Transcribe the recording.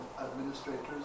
administrators